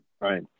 Right